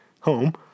home